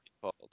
called